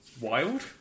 wild